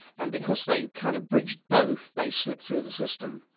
and because they kind of bridged both they slipped through the system.